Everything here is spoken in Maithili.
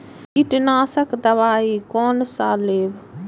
कीट नाशक दवाई कोन सा लेब?